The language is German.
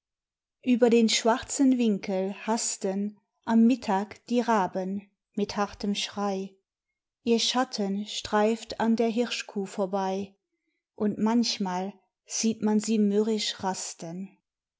über den schwarzen winkel hasten am mittag die raben mit hartem schrei ihr schatten streift an der hirschkuh vorbei und manchmal sieht man sie mürrisch rasten